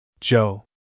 joe